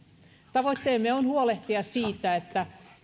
tavoitteemme on huolehtia siitä että